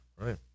Right